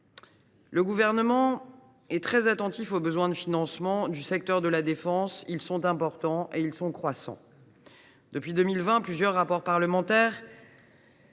Le Gouvernement est très attentif aux besoins de financement du secteur de la défense. Ils sont importants et croissants. Depuis 2020, plusieurs rapports parlementaires